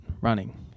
running